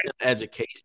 education